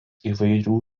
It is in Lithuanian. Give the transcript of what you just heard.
įvairių